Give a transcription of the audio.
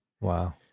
Wow